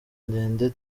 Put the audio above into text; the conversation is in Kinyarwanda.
ndende